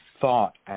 thought